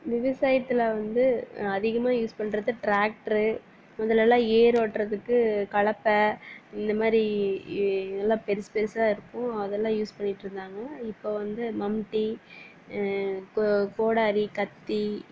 விவசாயத்தில் வந்து அதிகமாக யூஸ் பண்ணுறது டிராக்ட்ரு இதுலலாம் ஏறு ஓட்டுறதுக்கு கலப்பை இந்தமாரி எல்லாம் பெருசு பெருசா இருக்கும் அதுலாம் யூஸ் பண்ணிக்கிட்டுருந்தாங்க இப்போது வந்து மம்பட்டி கோடாளி கத்தி